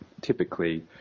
Typically